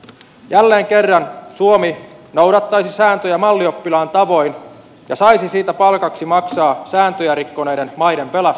jälleen kerran suomi noudattaisi sääntöjä mallioppilaan tavoin ja saisi siitä palkaksi maksaa sääntöjä rikkoneiden maiden pelastuspaketit